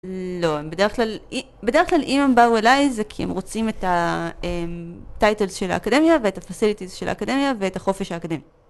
לא, בדרך כלל אם הם באו אליי זה כי הם רוצים את הטייטלס של האקדמיה ואת הפסיליטיז של האקדמיה ואת החופש האקדמי.